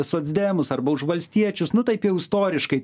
socdemus arba už valstiečius nu taip jau istoriškai